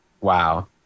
wow